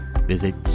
visit